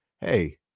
Hey